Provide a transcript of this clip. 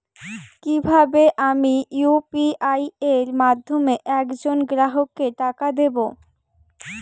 কিভাবে আমি ইউ.পি.আই এর মাধ্যমে এক জন গ্রাহককে টাকা দেবো?